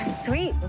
sweet